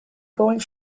going